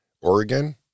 Oregon